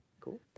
Cool